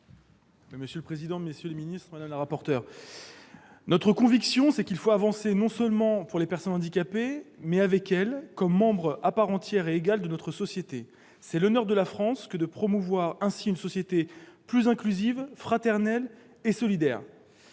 Xavier Iacovelli, pour explication de vote. « Notre conviction, c'est qu'il faut avancer, non seulement pour les personnes handicapées, mais avec elles, comme membres à part entière et égale de notre société. C'est l'honneur de la France que de promouvoir ainsi une société plus inclusive, fraternelle et solidaire.